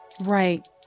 right